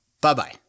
Bye-bye